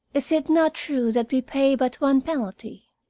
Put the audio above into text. is it not true that we pay but one penalty?